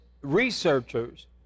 researchers